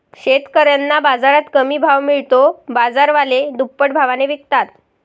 शेतकऱ्यांना बाजारात कमी भाव मिळतो, बाजारवाले दुप्पट भावाने विकतात